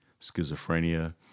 schizophrenia